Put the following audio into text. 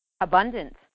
abundant